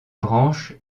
branche